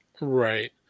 Right